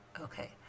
Okay